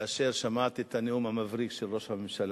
כאשר שמעתי את הנאום המבריק של ראש הממשלה,